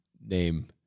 name